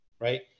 Right